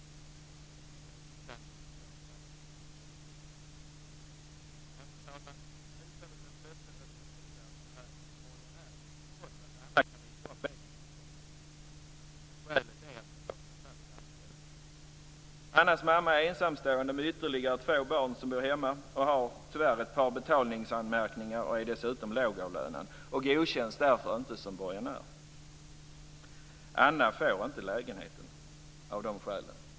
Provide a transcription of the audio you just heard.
Men, fru talman, nu visar det sig plötsligt att hyresvärden kräver borgenär trots att Anna kan visa upp egen inkomst. Skälet är att hon saknar fast anställning. Annas mamma är ensamstående med ytterligare två barn som bor hemma, har tyvärr ett par betalningsanmärkningar och är dessutom lågavlönad. Hon godkänns därför inte som borgenär. Anna får inte lägenheten av de skälen.